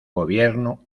gobierno